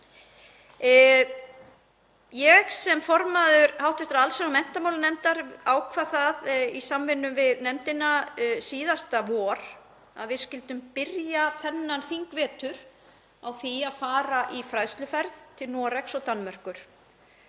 Sem formaður hv. allsherjar- og menntamálanefndar ákvað ég í samvinnu við nefndina síðasta vor að við skyldum byrja þennan þingvetur á því að fara í fræðsluferð til Noregs og Danmerkur.